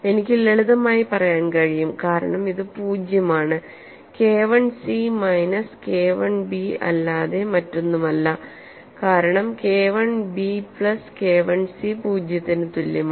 എനിക്ക് ലളിതമായി പറയാൻ കഴിയും കാരണം ഇത് പൂജ്യമാണ് KI C minus KI B അല്ലാതെ മറ്റൊന്നുമല്ല കാരണം KIബി പ്ലസ് KIസി പൂജ്യത്തിന് തുല്യമാണ്